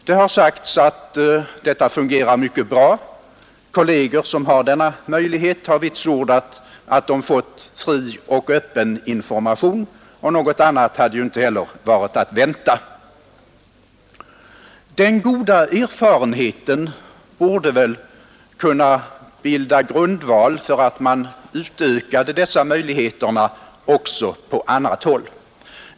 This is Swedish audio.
Det har sagts att detta fungerar mycket bra. Kolleger som har denna möjlighet har vitsordat att de har fått fri och öppen information, och något annat hade ju inte heller varit att vänta. Den goda erfarenheten borde väl kunna bilda grundval för att man införde ett motsvarande system också på andra håll.